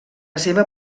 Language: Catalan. seva